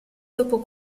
dopo